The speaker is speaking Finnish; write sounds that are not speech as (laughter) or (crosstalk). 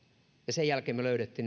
sen jälkeen me löysimme (unintelligible)